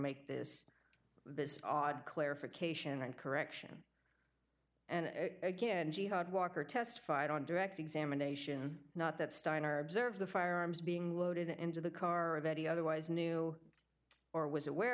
make this this odd clarification and correction and again jihad walker testified on direct examination not that steiner observed the firearms being loaded into the car that he otherwise knew or was aware